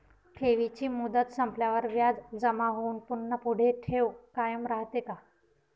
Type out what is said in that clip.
ठेवीची मुदत संपल्यावर व्याज जमा होऊन पुन्हा पुढे ठेव कायम राहते का?